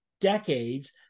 decades